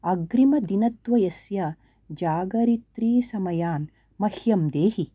अग्रिमदिनद्वयस्य जागरित्रीसमयान् मह्यं देहि